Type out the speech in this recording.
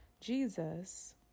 Jesus